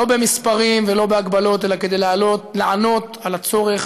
לא במספרים ולא בהגבלות אלא כדי לענות על הצורך,